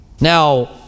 Now